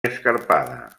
escarpada